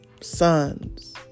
sons